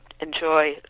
enjoy